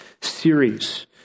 series